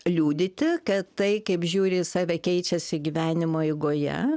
liudyti kad tai kaip žiūri į save keičiasi gyvenimo eigoje